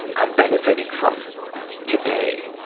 i'm benefitting from today.